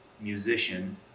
musician